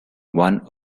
one